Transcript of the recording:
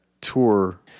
tour